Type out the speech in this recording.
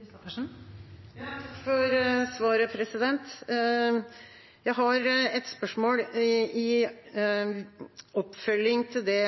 Takk for svaret. Jeg har et spørsmål i oppfølging til det